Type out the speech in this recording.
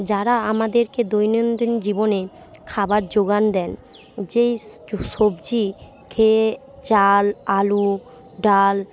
যারা আমাদেরকে দৈনন্দিন জীবনে খাবার জোগান দেন যেই সবজি খেয়ে চাল আলু ডাল